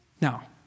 Now